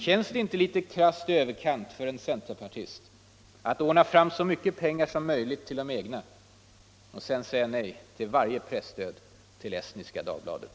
Känns det inte litet krasst i överkant för en centerpartist att ordna fram så mycket pengar som möjligt till de egna och sedan säga nej till varje presstöd till Estniska Dagbladet?